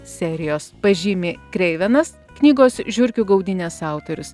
serijos pažymi kreivenas knygos žiurkių gaudynės autorius